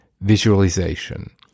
visualization